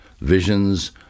visions